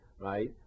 right